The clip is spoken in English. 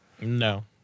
No